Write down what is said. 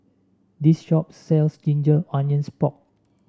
this shop sells Ginger Onions Pork